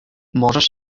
możesz